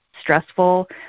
stressful